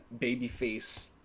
babyface